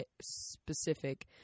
specific